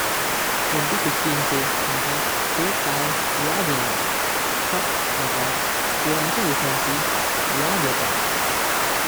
विस सोलाचे मला कणेएक थोडक्यात आठोवन येत नाय। फक्त मला शाळेच्या दिवसांची आठवण येता।